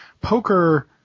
poker